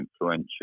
influential